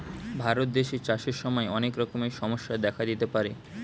ভারত দেশে চাষের সময় অনেক রকমের সমস্যা দেখা দিতে পারে